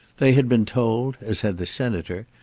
they had been told, as had the senator,